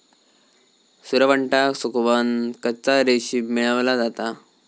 सुरवंटाक सुकवन कच्चा रेशीम मेळवला जाता